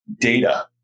data